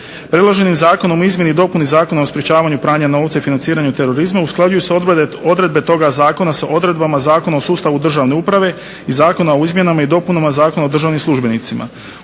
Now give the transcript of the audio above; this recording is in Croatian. Predloženim Zakonom o izmjeni i dopuni Zakona o sprječavanju pranja novca i financiranju terorizma usklađuju se odredbe toga zakona sa odredbama Zakona o sustavu državne uprave i Zakona o izmjenama i dopunama Zakona o državnim službenicima.